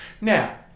Now